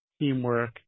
teamwork